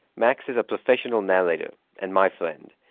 max is a professional narrator and my friend.